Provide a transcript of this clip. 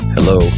Hello